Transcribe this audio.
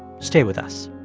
stay with us